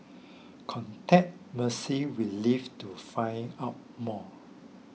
contact Mercy Relief to find out more